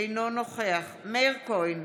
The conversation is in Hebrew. אינו נוכח מאיר כהן,